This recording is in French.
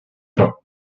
pas